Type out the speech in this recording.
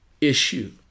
issue